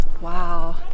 wow